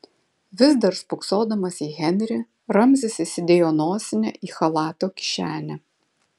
vis dar spoksodamas į henrį ramzis įsidėjo nosinę į chalato kišenę